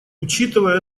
учитывая